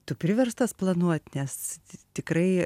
tu priverstas planuot nes tikrai